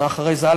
שנה אחרי זה,